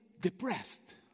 depressed